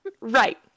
right